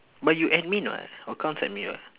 but you admin [what] accounts admin [what]